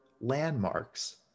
landmarks